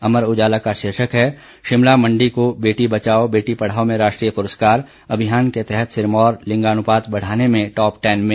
अमर उजाला का शीर्षक है शिमला मंडी को बेटी बचाओ बेटी पढ़ाओ में राष्ट्रीय पुरस्कार अभियान के तहत सिरमौर लिंगानुपात बढ़ाने में टॉप टेन में